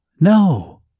no